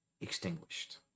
extinguished